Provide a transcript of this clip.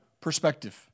perspective